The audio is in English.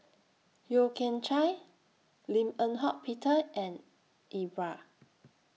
Yeo Kian Chye Lim Eng Hock Peter and Iqbal